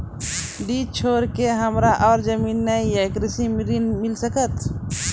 डीह छोर के हमरा और जमीन ने ये कृषि ऋण मिल सकत?